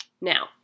Now